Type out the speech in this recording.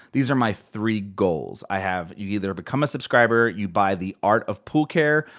these are my three goals. i have, you either become a subscriber, you buy the art of pool care,